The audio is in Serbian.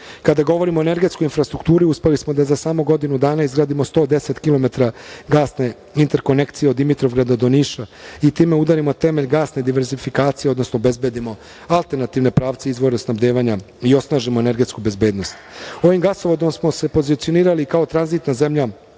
govorimo o energetskoj infrastrukturi, uspeli smo da za samo godinu dana izgradimo 110 kilometara gasne interkonekcije od Dimitrovgrada do Niša i time udarimo temelj gasne diverzifikacije, odnosno obezbedimo alterantivne pravce i izvore snadbevanja i osnažimo energetsku bezbednost. Ovim gasovodom smo se pozicionirali kao tranzitna zemlja